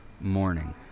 morning